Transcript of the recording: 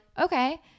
okay